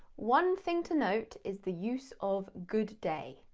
one thing to note is the use of good day.